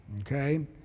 Okay